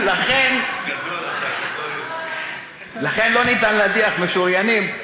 לכן, לא ניתן להדיח משוריינים.